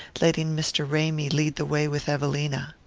letting mr. ramy lead the way with evelina.